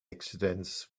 accidents